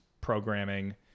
programming